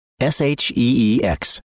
S-H-E-E-X